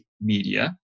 media